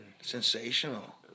sensational